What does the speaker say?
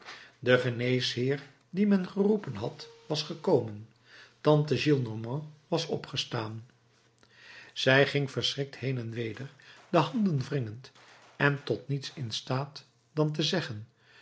de geneesheer die men geroepen had was gekomen tante gillenormand was opgestaan zij ging verschrikt heen en weder de handen wringend en tot niets in staat dan te zeggen